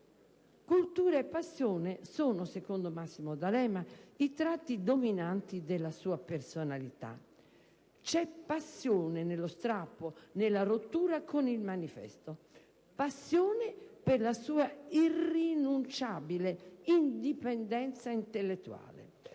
Cultura e passione sono - secondo Massimo D'Alema - i tratti dominanti della sua personalità. C'è passione nello strappo, nella rottura, con «il manifesto». Passione per la sua irrinunciabile indipendenza intellettuale,